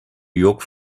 york